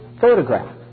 photograph